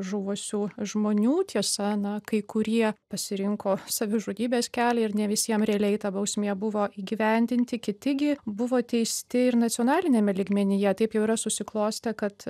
žuvusių žmonių tiesa na kai kurie pasirinko savižudybės kelią ir ne visiem realiai ta bausmė buvo įgyvendinti kiti gi buvo teisti ir nacionaliniame lygmenyje taip jau yra susiklostę kad